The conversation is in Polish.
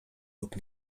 lub